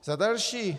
Za další.